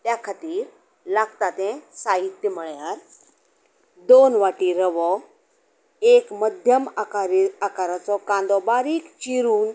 त्या खातीर लागता तें साहित्य म्हणल्यार दोन वाटी रवो एक मध्यम आकाराचो कांदो बारीक चिरून